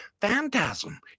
phantasm